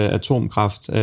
atomkraft